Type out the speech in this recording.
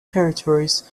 territories